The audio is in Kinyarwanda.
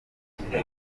ishize